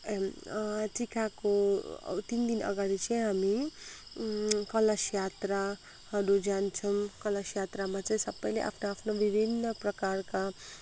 टिकाको तिन दिन अगाडि चाहिँ हामी कलश यात्राहरू जान्छौँ कलश यात्रामा चाहिँ सबैले आफ्नो आफ्नो विभिन्न प्रकारका